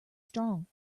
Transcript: strong